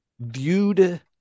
viewed